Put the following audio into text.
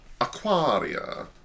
Aquaria